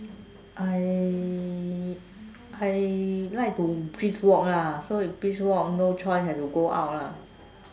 I I like to brisk walk lah so if brisk walk no choice have to go out lah